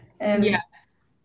Yes